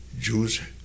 Jews